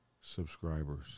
subscribers